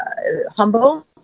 humble